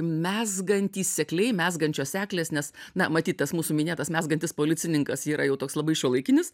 mezgantys sekliai mezgančios sekles nes na matyt tas mūsų minėtas mezgantis policininkas yra jau toks labai šiuolaikinis